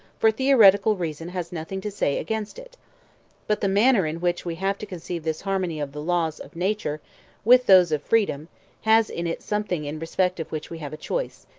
for theoretical reason has nothing to say against it but the manner in which we have to conceive this harmony of the laws of nature with those of freedom has in it something in respect of which we have a choice,